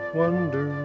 wonder